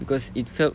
because it felt